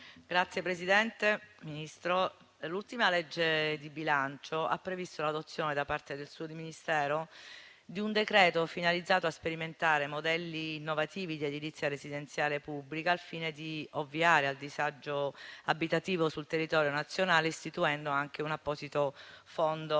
Signor Ministro, l'ultima legge di bilancio ha previsto l'adozione, da parte del suo Ministero, di un decreto finalizzato a sperimentare modelli innovativi di edilizia residenziale pubblica, al fine di ovviare al disagio abitativo sul territorio nazionale, istituendo anche un apposito fondo in